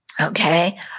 Okay